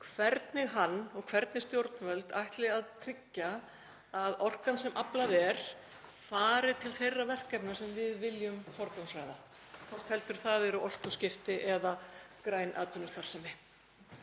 hvernig hann og hvernig stjórnvöld ætli að tryggja að orkan sem aflað er fari til þeirra verkefna sem við viljum hafa í forgangi, hvort heldur það eru orkuskipti eða græn atvinnustarfsemi.